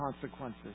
consequences